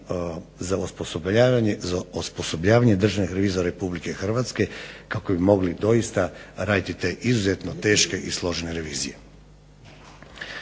za osposobljavanje državnih revizora RH kako bi mogli doista raditi te izuzetno teške i složene revizije.